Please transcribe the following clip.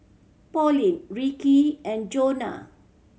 Pauline Ricky and Jonah